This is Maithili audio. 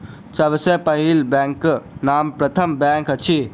सभ सॅ पहिल बैंकक नाम प्रथमा बैंक अछि